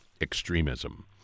extremism